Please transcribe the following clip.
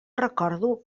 recordo